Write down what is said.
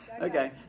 Okay